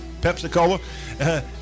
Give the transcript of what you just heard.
Pepsi-Cola